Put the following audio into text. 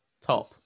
Top